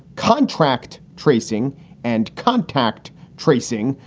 contract tracing and contact tracing,